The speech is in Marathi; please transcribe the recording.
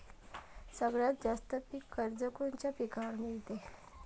सगळ्यात जास्त पीक कर्ज कोनच्या पिकावर मिळते?